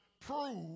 prove